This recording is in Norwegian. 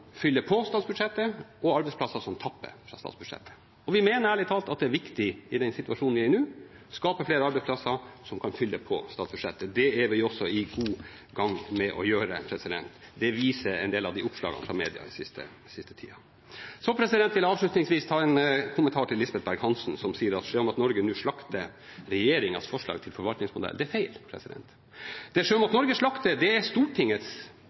på statsbudsjettet, og arbeidsplasser som tapper fra statsbudsjettet. Vi mener ærlig talt at det er viktig i den situasjonen vi er i nå, å skape flere arbeidsplasser som kan fylle på statsbudsjettet. Det er vi også i god gang med å gjøre. Det viser en del av de oppslagene fra media den siste tida. Avslutningsvis en kommentar til Lisbeth Berg-Hansen, som sier at Sjømat Norge slakter regjeringens forslag til forvaltningsmodell: Det er feil. Det Sjømat Norge slakter, er Stortingets